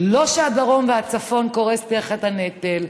לא כשהדרום והצפון קורסים תחת הנטל,